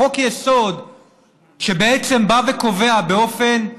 חוק-יסוד שבעצם בא וקובע באופן,